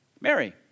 Mary